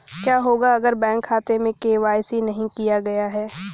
क्या होगा अगर बैंक खाते में के.वाई.सी नहीं किया गया है?